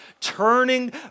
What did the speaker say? turning